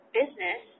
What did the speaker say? business